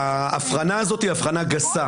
ההבחנה הזאת היא הבחנה גסה,